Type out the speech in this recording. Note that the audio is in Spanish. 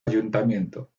ayuntamiento